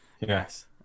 Yes